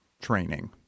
training